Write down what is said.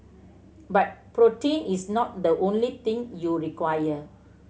but protein is not the only thing you require